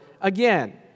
again